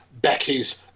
Becky's